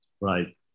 Right